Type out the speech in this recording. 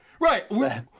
Right